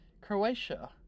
Croatia